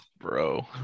Bro